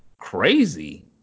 crazy